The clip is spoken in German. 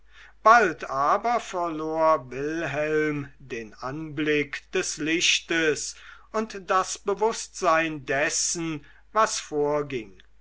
bald aber verlor wilhelm den anblick des lichtes und das bewußtsein dessen was vorging